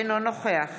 אינו נוכח